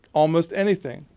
almost anything,